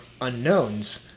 unknowns